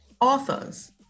authors